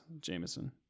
Jameson